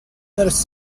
there’s